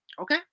Okay